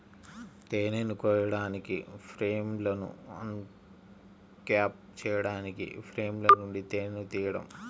తేనెను కోయడానికి, ఫ్రేమ్లను అన్క్యాప్ చేయడానికి ఫ్రేమ్ల నుండి తేనెను తీయడం